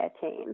team